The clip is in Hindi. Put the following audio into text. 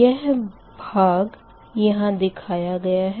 यह भाग यहाँ दिखाया गया है